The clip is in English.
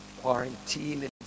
quarantine